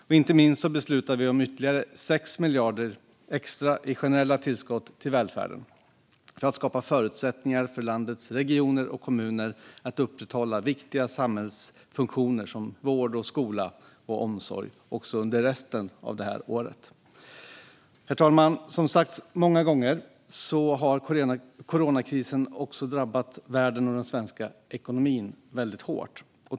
Och inte minst beslutar vi om ytterligare 6 miljarder i generella tillskott till välfärden för att skapa förutsättningar för landets regioner och kommuner att upprätthålla viktiga samhällsfunktioner som vård, skola och omsorg också under resten av året. Herr talman! Som sagts många gånger har coronakrisen drabbat världens och Sveriges ekonomi hårt.